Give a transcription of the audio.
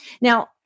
Now